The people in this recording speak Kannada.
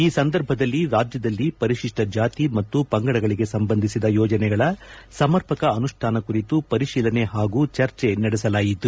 ಈ ಸಂದರ್ಭದಲ್ಲಿ ರಾಜ್ಯದಲ್ಲಿ ಪರಿಶಿಷ್ಟ ಜಾತಿ ಮತ್ತು ಪಂಗಡಗಳಿಗೆ ಸಂಬಂಧಿಸಿದ ಯೋಜನೆಗಳ ಸಮರ್ಪಕ ಅನುಷ್ಠಾನ ಕುರಿತು ಪರಿಶೀಲನೆ ಹಾಗೂ ಚರ್ಚೆ ನಡೆಸಲಾಯಿತು